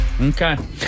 Okay